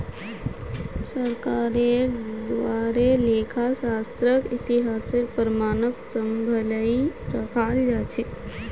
सरकारेर द्वारे लेखा शास्त्रक इतिहासेर प्रमाणक सम्भलई रखाल जा छेक